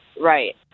Right